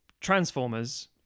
Transformers